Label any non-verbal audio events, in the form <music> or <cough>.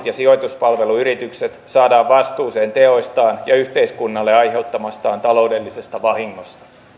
<unintelligible> ja sijoituspalveluyritykset saadaan vastuuseen teoistaan ja yhteiskunnalle aiheuttamastaan taloudellisesta vahingosta